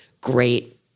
great